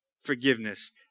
forgiveness